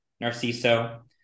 Narciso